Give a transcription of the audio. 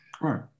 right